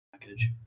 package